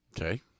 Okay